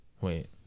wait